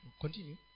continue